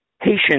patient